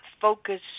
focus